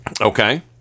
Okay